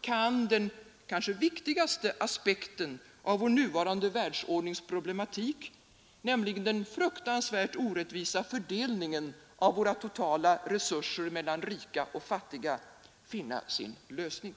kan den kanske viktigaste aspekten av vår nuvarande världsordnings problematik, nämligen den fruktansvärt orättvisa fördelningen av våra totala resurser mellan rika och fattiga, finna sin lösning.